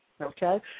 okay